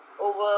over